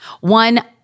One